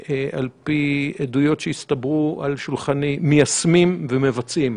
על פי עדויות הצטברו על שולחני, מיישמים ומבצעים.